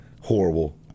Horrible